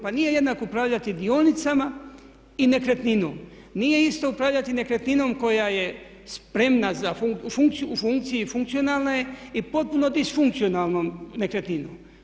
Pa nije jednako upravljati dionicama i nekretninom, nije isto upravljati nekretninom koja je spremna, u funkciji, funkcionalna je i potpuno disfunkcionalnom nekretninom.